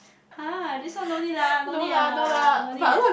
!huh! this one no need lah no need lah no need leh